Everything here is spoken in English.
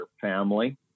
family